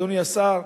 אדוני השר,